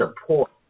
support